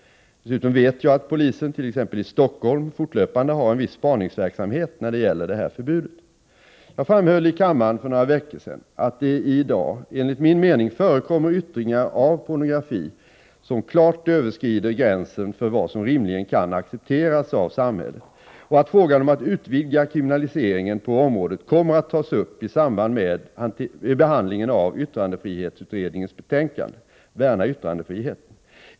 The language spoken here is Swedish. Dessutom vet jag att polisen, t.ex. i Stockholm, fortlöpande har en viss spaningsverksamhet när det gäller detta förbud. Jag framhöll i kammaren för några veckor sedan att det i dag enligt min uppfattning förekommer yttringar av pornografi som klart överskrider gränsen för vad som rimligen kan accepteras av samhället och att frågan om att utvidga kriminaliseringen på området kommer att tas upp i samband med behandlingen av yttrandefrihetsutredningens betänkande Värna yttrandefriheten.